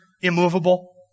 immovable